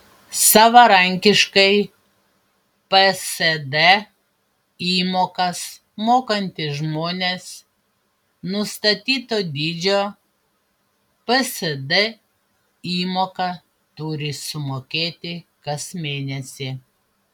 savarankiškai psd įmokas mokantys žmonės nustatyto dydžio psd įmoką turi sumokėti kas mėnesį